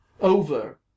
over